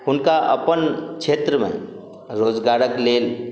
हुनका अपन क्षेत्रमे रोजगारक लेल